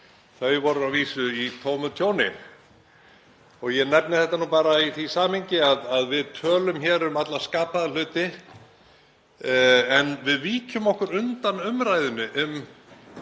þau voru að vísu í tómu tjóni. Ég nefni þetta í því samhengi að við tölum hér um alla skapaða hluti en við víkjum okkur undan umræðunni um